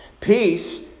Peace